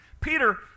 Peter